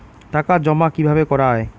টাকা জমা কিভাবে করা য়ায়?